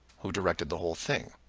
who directed the whole thing.